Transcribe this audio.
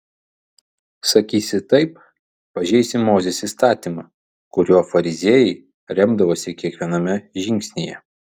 sakysi taip pažeisi mozės įstatymą kuriuo fariziejai remdavosi kiekviename žingsnyje